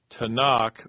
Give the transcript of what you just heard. Tanakh